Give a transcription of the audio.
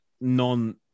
non